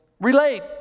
Relate